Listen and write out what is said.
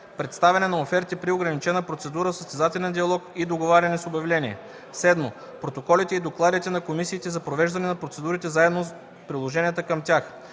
представяне на оферти при ограничена процедура, състезателен диалог и договаряне с обявление; 7. протоколите и докладите на комисиите за провеждане на процедурите заедно с приложенията към тях;